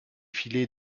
filets